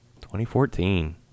2014